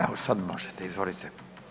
Evo sad možete, izvolite.